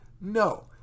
no